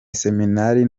iseminari